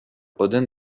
один